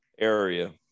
area